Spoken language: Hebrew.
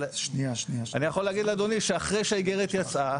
אבל אני יכול להגיד לאדוני שאחרי שהאגרת יצאה.